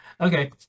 Okay